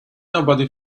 nobody